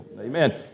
Amen